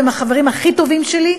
הם החברים הכי טובים שלי,